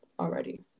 already